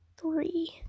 three